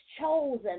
chosen